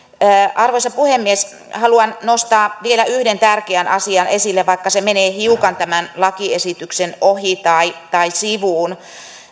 arvoisa puhemies haluan nostaa vielä yhden tärkeän asian esille vaikka se menee hiukan tämän lakiesityksen ohi tai tai sivuun